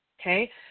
Okay